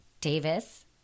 Davis